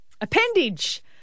appendage